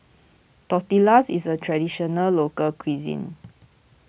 Tortillas is a Traditional Local Cuisine